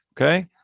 Okay